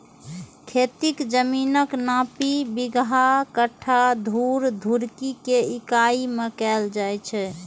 खेतीक जमीनक नापी बिगहा, कट्ठा, धूर, धुड़की के इकाइ मे कैल जाए छै